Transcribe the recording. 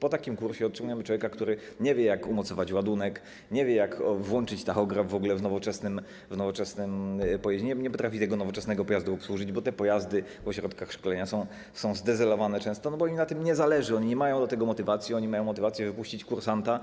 Po takim kursie mamy człowieka, który nie wie, jak umocować ładunek, nie wie, jak włączyć tachograf w ogóle w nowoczesnym pojeździe, nie potrafi tego nowoczesnego pojazdu obsłużyć, bo pojazdy w ośrodkach szkolenia są zdezelowane często, bo nikomu na tym nie zależy, oni nie mają do tego motywacji, oni mają motywację, by wypuścić kursanta